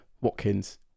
Watkins